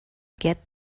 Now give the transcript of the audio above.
get